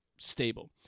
stable